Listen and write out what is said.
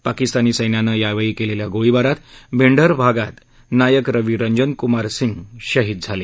पाकिस्तानी सैन्यानं यावेळी केलेल्या गोळीबारात मेंढर भागात नायक रवि रंजन कुमार सिंह शहीद झाले